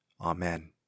Amen